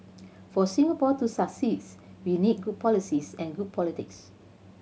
for Singapore to succeeds we need good policies and good politics